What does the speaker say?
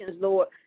Lord